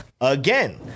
again